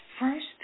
first